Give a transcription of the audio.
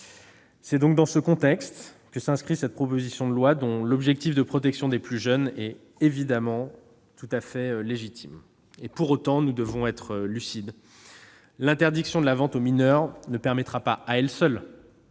C'est dans ce contexte que s'inscrit cette proposition de loi, dont l'objectif de protection des plus jeunes est évidemment tout à fait légitime. Nous devons être lucides : l'interdiction de la vente aux mineurs ne permettra pas, à elle seule,